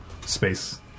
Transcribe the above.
space